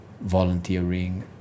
volunteering